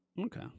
Okay